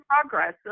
progress